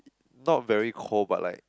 not very cold but like